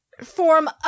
form